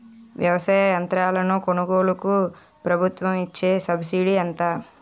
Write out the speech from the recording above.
వ్యవసాయ యంత్రాలను కొనుగోలుకు ప్రభుత్వం ఇచ్చే సబ్సిడీ ఎంత?